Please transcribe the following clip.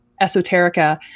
esoterica